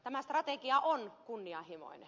tämä strategia on kunnianhimoinen